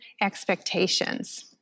expectations